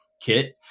kit